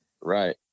Right